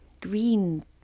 green